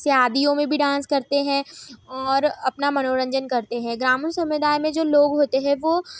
शादियों में भी डांस करते हैं और अपना मनोरंजन करते हैं ग्रामीण समुदाय में जो लोग होते हैं वो